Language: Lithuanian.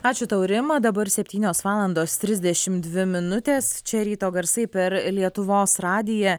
ačiū tau rima dabar septynios valandos trisdešim dvi minutės čia ryto garsai per lietuvos radiją